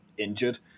injured